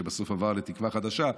שבסוף עבר לתקווה חדשה.